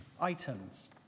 items